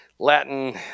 Latin